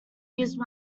used